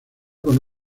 con